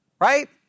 Right